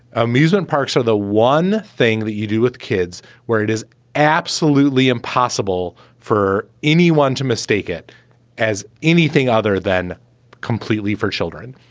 amusement parks are the one thing that you do with kids where it is absolutely impossible for anyone to mistake it as anything other than completely for children.